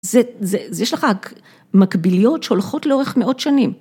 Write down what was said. יש לך מקבילות שהולכות לאורך מאות שנים.